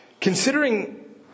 Considering